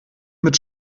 mit